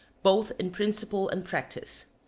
both in principle and practice.